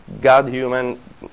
god-human